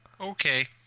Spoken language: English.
Okay